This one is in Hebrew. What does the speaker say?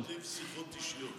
אני גם לא מדליף שיחות אישיות כמוך.